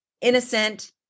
innocent